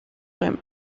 him